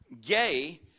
gay